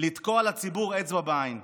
לתקוע לציבור אצבע בעין.